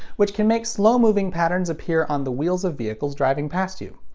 which can make slow-moving patterns appear on the wheels of vehicles driving past you.